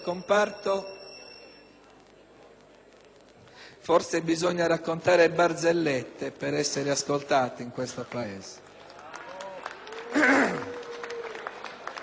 Forse bisogna raccontare barzellette per essere ascoltati in questo Paese.